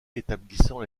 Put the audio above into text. établissant